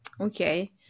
Okay